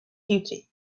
duty